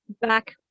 back